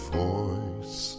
voice